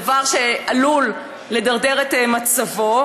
דבר שעלול לדרדר את מצבו,